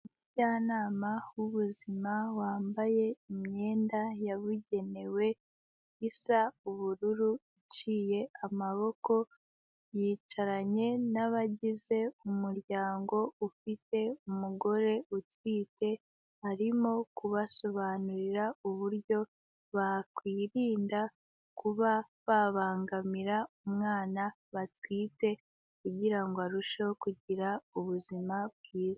Umujyanama w'ubuzima wambaye imyenda yabugenewe isa ubururu, iciye amaboko, yicaranye nabagize umuryango ufite umugore utwite, arimo kubasobanurira uburyo bakwirinda kuba babangamira umwana batwite kugira ngo arusheho kugira ubuzima bwiza.